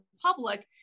public